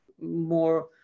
more